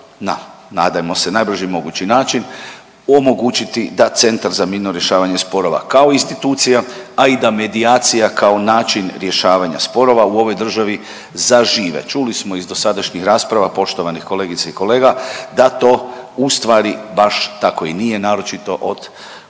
brzo, nadajmo se na najbrži mogući način omogućiti da Centar za mirno rješavanje sporova kao institucija, a i da medijacija kao način rješavanja sporova u ovoj državi zažive. Čuli smo iz dosadašnjih rasprava poštovanih kolegica i kolega da to ustvari baš tako i nije, naročito od